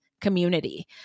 Community